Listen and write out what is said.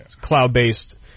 cloud-based